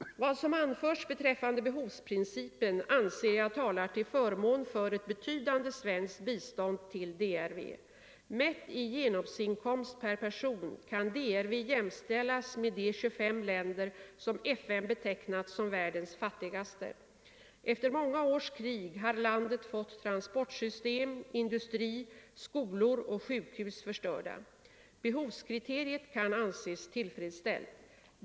Vad som anförs beträffande behovsprincipen anser jag talar till förmån för ett betydande svenskt bistånd till DRV. Mätt i genomsnittsinkomst per person kan DRV jämställas med de 25 länder som FN betecknat som världens fattigaste. Efter många års krig har landet fått transportsystem, industri, skolor och sjukhus förstörda. Behovskriteriet kan anses tillfredsställt.